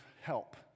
help